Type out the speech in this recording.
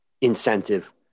incentive